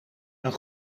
een